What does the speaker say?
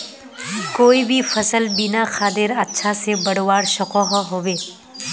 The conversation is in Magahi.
कोई भी सफल बिना खादेर अच्छा से बढ़वार सकोहो होबे?